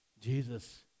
Jesus